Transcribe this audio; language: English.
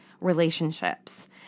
relationships